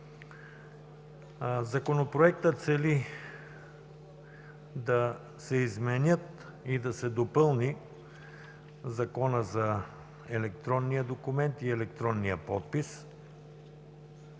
Законопроектът цели да се изменят и да се допълни Законът за електронния документ и електронния подпис,